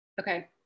Okay